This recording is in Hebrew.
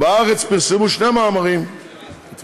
בהארץ פרסמו שני מאמרים על